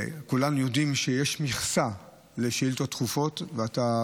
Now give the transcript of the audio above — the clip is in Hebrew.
כולם יודעים שיש מכסה לשאילתות דחופות ואתה,